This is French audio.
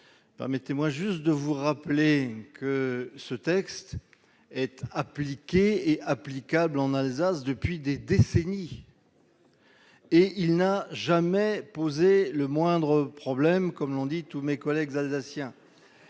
permettez-moi juste de vous rappeler que ce texte est appliquée et applicable en Alsace depuis des décennies, et il n'a jamais posé le moindre problème, comme l'on dit tous mes collègues alsaciens,